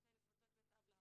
יש להם קבוצות עם ההורים,